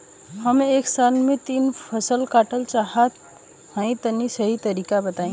हम एक साल में तीन फसल काटल चाहत हइं तनि सही तरीका बतावा?